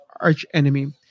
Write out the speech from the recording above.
archenemy